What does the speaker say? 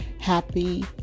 Happy